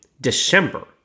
December